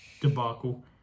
debacle